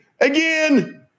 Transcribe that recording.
Again